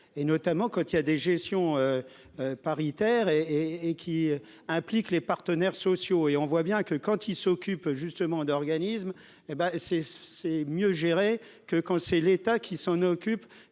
et notamment quand il y a des gestions paritaires et et qui implique les partenaires sociaux et on voit bien que quand il s'occupe justement d'organismes hé ben c'est c'est mieux géré que quand c'est l'État qui s'en occupe